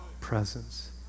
presence